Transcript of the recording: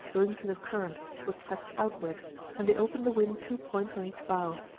owing to the current, which sets outward and they open the wind two points on each bow.